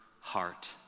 heart